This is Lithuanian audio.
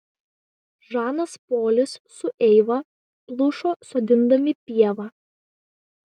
žanas polis su eiva plušo sodindami pievą